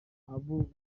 abo